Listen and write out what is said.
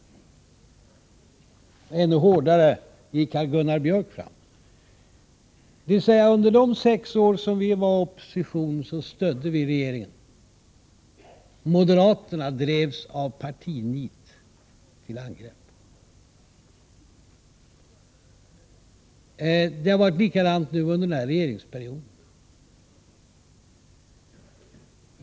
Ännu hårdare gick herr Gunnar Björk i Gävle fram. Under de sex år som vi var i opposition stödde vi regeringen. Moderaterna drevs av partinit till angrepp. Det har varit likadant nu under den här regeringsperioden.